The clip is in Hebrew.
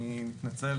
אני מצטער,